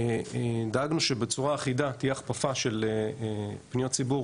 דאגנו שבצורה אחידה תהיה הכפפה של פניות ציבור